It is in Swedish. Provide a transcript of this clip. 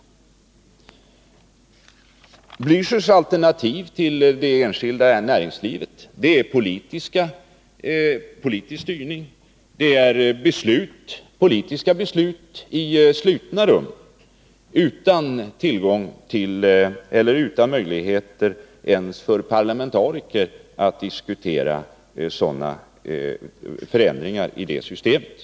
Raul Blächers alternativ till det enskilda näringslivet är politisk styrning, politiska beslut i slutna rum, utan möjligheter ens för parlamentariker att diskutera förändringar i det systemet.